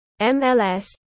MLS